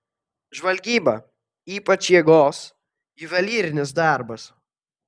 žvalgyba ypač jėgos juvelyrinis darbas